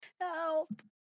Help